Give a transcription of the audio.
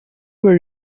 where